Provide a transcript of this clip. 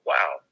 Wow